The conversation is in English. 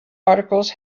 articles